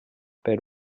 per